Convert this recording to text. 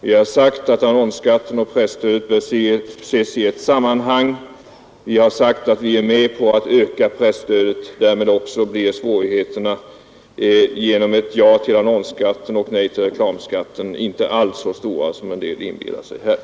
Vi har sagt att annonsskat ten och presstödet bör ses i ett sammanhang. Vi har sagt att vi är med om att öka presstödet. Därigenom blir svårigheterna att säga ja till fortsatt annonsskatt och nej till reklamskatteförslaget inte alls så stora som en del tycks tro.